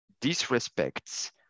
disrespects